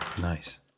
Nice